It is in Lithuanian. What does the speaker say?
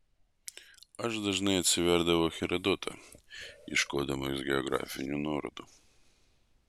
aš dažnai atsiversdavau herodotą ieškodamas geografinių nuorodų